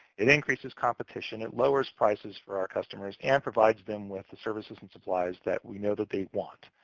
it increases competition. it lowers prices for our customers and provides them with the services and supplies that we know that they want.